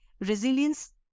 resilience